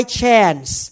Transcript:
chance